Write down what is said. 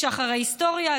משחר ההיסטוריה.